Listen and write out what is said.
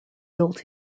built